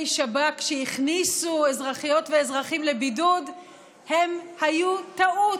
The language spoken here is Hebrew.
שב"כ שהכניסו אזרחיות ואזרחים לבידוד היו טעות.